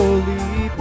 Holy